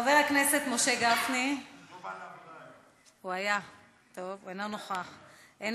חבר הכנסת משה גפני, הוא היה, אינו נוכח.